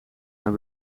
mijn